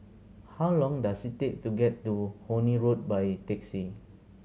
how long does it take to get to Horne Road by taxi